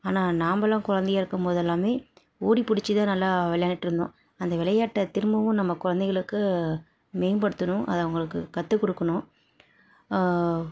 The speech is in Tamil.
ஆனால் நம்ப எல்லாம் கொழந்தையா இருக்கும் போது எல்லாம் ஓடி பிடிச்சு தான் நல்லா விளையாண்டுட்டு இருந்தோம் அந்த விளையாட்ட திரும்பவும் நம்ம கொழந்தைகளுக்கு மேம்படுத்தணும் அதை அவங்களுக்குக் கற்றுக் கொடுக்கணும்